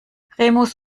remus